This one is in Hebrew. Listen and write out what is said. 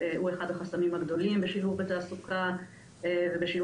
שהוא אחד החסמים הגדולים בשילוב בתעסוקה ובחברה,